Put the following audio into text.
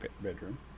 bedroom